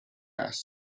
asked